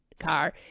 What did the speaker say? Car